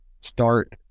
start